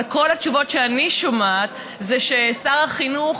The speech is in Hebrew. אבל כל התשובות שאני שומעת הן ששר החינוך,